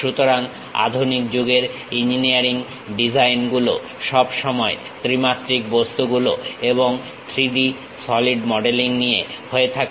সুতরাং আধুনিক যুগের ইঞ্জিনিয়ারিং ডিজাইন গুলো সব সময় ত্রিমাত্রিক বস্তুগুলো এবং 3D সলিড মডেলিং নিয়ে হয়ে থাকে